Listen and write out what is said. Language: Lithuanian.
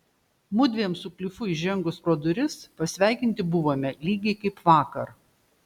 mudviem su klifu įžengus pro duris pasveikinti buvome lygiai kaip vakar